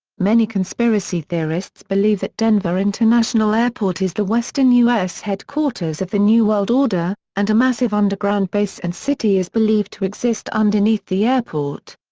many conspiracy theorists believe that denver international airport is the western u s. headquarters of the new world order, and a massive underground base and city is believed to exist underneath the airport.